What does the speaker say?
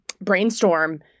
Brainstorm